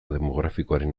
demografikoaren